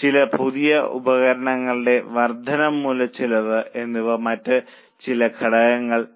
ചില പുതിയ ഉപകരണങ്ങളുടെ വർദ്ധന മൂലധനച്ചെലവ് എന്നിവ മറ്റ് ചില ഘടകങ്ങളാണ്